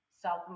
self